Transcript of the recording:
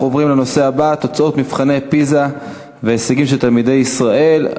אנחנו עוברים לנושא הבא: תוצאות מבחני פיז"ה וההישגים של תלמידי ישראל,